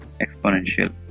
exponential